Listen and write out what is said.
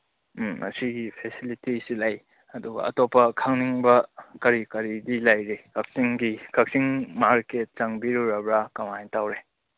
ꯎꯝ ꯑꯁꯤꯒꯤ ꯐꯦꯁꯤꯂꯤꯇꯤꯁꯤ ꯂꯩ ꯑꯗꯨꯒ ꯑꯇꯣꯞꯄ ꯈꯪꯅꯤꯡꯕ ꯀꯔꯤ ꯀꯔꯤꯗꯤ ꯂꯩꯔꯤ ꯀꯛꯆꯤꯡꯒꯤ ꯀꯛꯆꯤꯡ ꯃꯥꯔꯀꯦꯠ ꯆꯪꯕꯤꯔꯨꯔꯕ꯭ꯔꯥ ꯀꯃꯥꯏꯅ ꯇꯧꯔꯦ